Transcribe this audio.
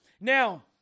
Now